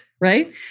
right